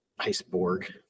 iceborg